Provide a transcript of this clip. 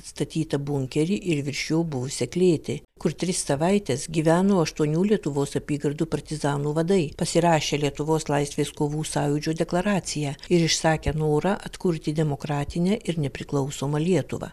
atstatytą bunkerį ir virš jo buvusią klėtį kur tris savaites gyveno aštuonių lietuvos apygardų partizanų vadai pasirašę lietuvos laisvės kovų sąjūdžio deklaraciją ir išsakę norą atkurti demokratinę ir nepriklausomą lietuvą